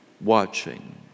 watching